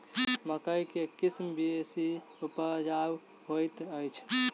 मकई केँ के किसिम बेसी उपजाउ हएत अछि?